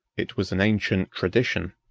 it was an ancient tradition,